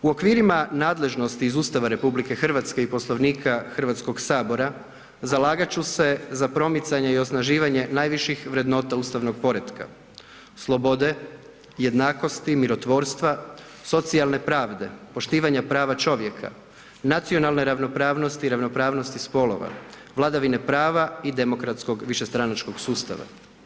U okvirima nadležnosti iz Ustava RH i Poslovnika HS-a zalagat ću se za promicanje i osnaživanje najviših vrednota ustavnog poretka, slobode, jednakosti, mirotvorstva, socijalne pravde, poštivanje prava čovjeka, nacionalne ravnopravnosti i ravnopravnosti spolova, vladavine prava i demokratskog višestranačkog sustava.